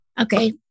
Okay